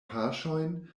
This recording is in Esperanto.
paŝojn